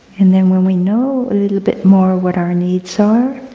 and then when we know a little bit more what our needs are,